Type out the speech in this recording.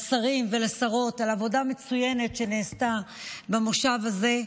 לשרים ולשרות, על עבודה מצוינת שנעשתה במושב הזה.